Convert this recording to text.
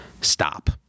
stop